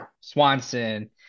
Swanson